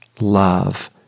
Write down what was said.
love